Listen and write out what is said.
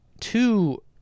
two